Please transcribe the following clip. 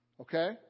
Okay